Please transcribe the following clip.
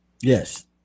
Yes